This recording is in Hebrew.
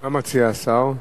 מה מציע השר?